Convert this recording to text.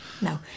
No